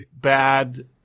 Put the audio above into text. bad